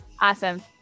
Awesome